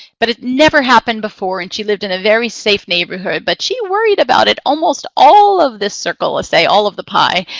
but it never happened before, and she lived in a very safe neighborhood. but she worried about it almost all of this circle, let's ah say all of the pie,